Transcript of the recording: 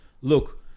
look